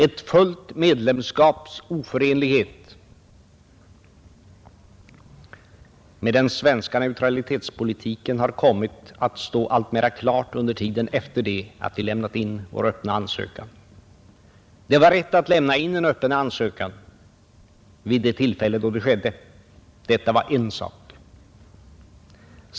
Ett fullt medlemskaps oförenlighet med den svenska neutralitetspolitiken har kommit att stå alltmera klar under tiden efter det att vi lämnat in vår öppna ansökan. Det var rätt att lämna in en öppen ansökan vid det tillfälle då det skedde. Detta var en sak.